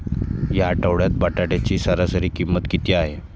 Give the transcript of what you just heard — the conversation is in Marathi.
या आठवड्यात बटाट्याची सरासरी किंमत किती आहे?